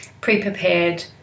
pre-prepared